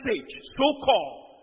so-called